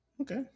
Okay